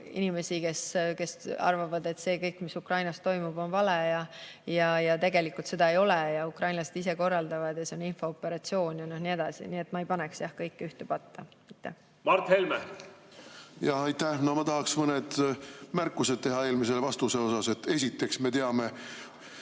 neid –, kes arvavad, et see kõik, mis Ukrainas toimub, on vale, tegelikult seda ei ole, ukrainlased ise korraldavad, see on infooperatsioon ja nii edasi. Nii et ma ei paneks kõiki ühte patta. Mart Helme. Mart Helme. Aitäh! No ma tahaks mõned märkused teha eelmise vastuse kohta. Esiteks, me teame